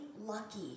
lucky